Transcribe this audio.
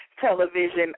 television